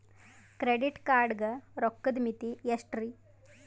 Credit card ಗ ರೋಕ್ಕದ್ ಮಿತಿ ಎಷ್ಟ್ರಿ?